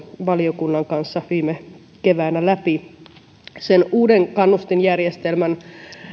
valiokunnan kanssa viime keväänä läpi sen uuden kannustinjärjestelmän